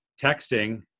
texting